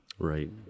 Right